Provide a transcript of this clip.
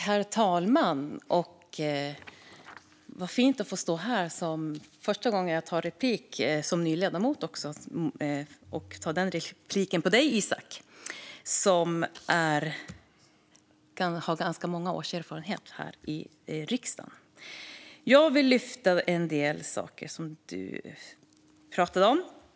Herr talman! Vad fint att som ny ledamot få stå här och ta replik på Isak From, som har ganska många års erfarenhet här i riksdagen! Jag vill lyfta en del saker som Isak From pratade om.